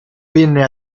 venne